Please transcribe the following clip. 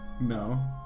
No